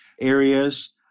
areas